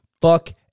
fuck